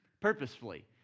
purposefully